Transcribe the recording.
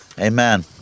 Amen